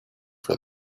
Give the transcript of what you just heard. for